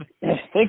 Thank